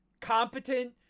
competent